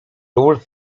ról